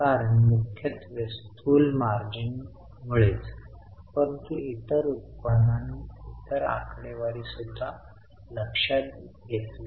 जर तुम्ही बॅलन्स शीटला गेला तर तिथे उपकरणे 21000 वाढून 55600 34600 ची वाढ झाली